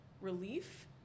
relief